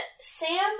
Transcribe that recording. Sam